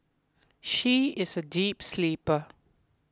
she is a deep sleeper